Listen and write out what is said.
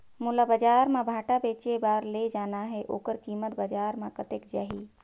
मोला बजार मां भांटा बेचे बार ले जाना हे ओकर कीमत बजार मां कतेक जाही?